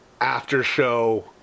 after-show